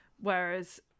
Whereas